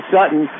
Sutton